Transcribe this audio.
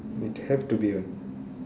it have to be what